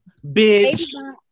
Bitch